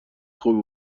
خوبی